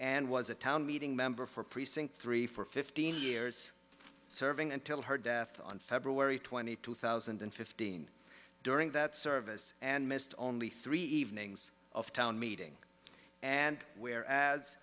and was a town meeting member for precinct three for fifteen years serving until her death on february twenty eighth two thousand and fifteen during that service and missed only three evenings of town meeting and where